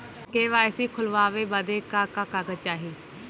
KYC खोलवावे बदे का का कागज चाही?